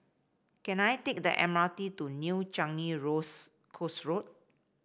can I take the M R T to New Changi Coast Road